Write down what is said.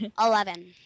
Eleven